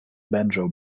banjo